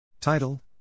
Title